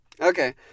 Okay